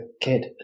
kid